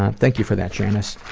ah thank you for that, janis.